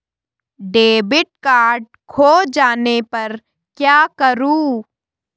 Debit card खो जाने पर क्या करूँ?